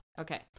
Okay